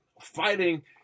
Fighting